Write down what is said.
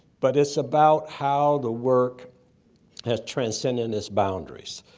but it's about how the work has transcended its boundaries.